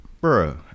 Bro